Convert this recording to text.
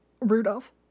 Rudolph